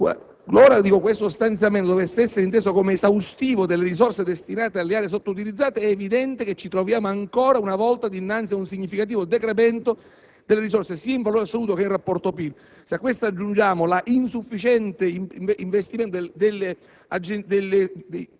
tale stanziamento dovesse essere inteso come esaustivo delle risorse destinate alle aree sottoutilizzate, è evidente che ci troveremmo ancora una volta dinanzi ad un significativo decremento delle risorse, sia in valore assoluto che in rapporto al PIL. Se a questo aggiungiamo l'insufficiente stanziamento degli